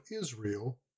Israel